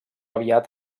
aviat